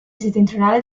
settentrionale